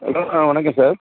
hello வணக்கம் sir